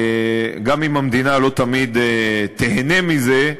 גם אם המדינה לא תמיד תיהנה מזה.